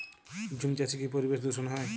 ঝুম চাষে কি পরিবেশ দূষন হয়?